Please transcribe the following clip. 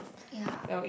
ya